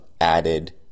added